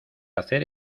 hacer